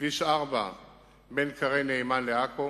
כביש 4 בין כרי-נעמן לעכו,